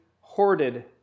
hoarded